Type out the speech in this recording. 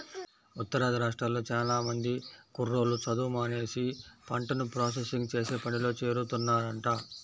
ఉత్తరాది రాష్ట్రాల్లో చానా మంది కుర్రోళ్ళు చదువు మానేసి పంటను ప్రాసెసింగ్ చేసే పనిలో చేరుతున్నారంట